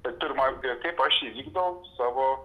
tai pirma kaip aš įvykdau savo